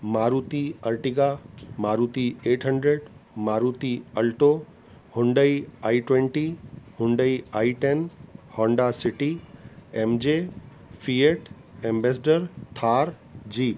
Maruti Ertiga Maruti eight hundred Maruti Alto Hyundai i twenty Hyundai i ten Honda City M J Fiat Ambassador car jeep